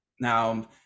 now